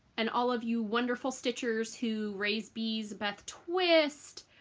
and all of you wonderful stitchers who raise bees beth twist,